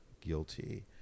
guilty